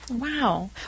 Wow